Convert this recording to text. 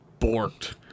borked